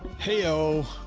heyo.